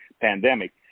pandemic